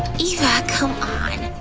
eva, come on.